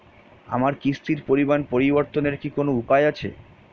আমার কিস্তির পরিমাণ পরিবর্তনের কি কোনো উপায় আছে?